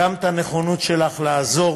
גם את הנכונות שלך לעזור